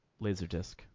Laserdisc